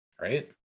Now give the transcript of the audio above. right